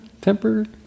tempered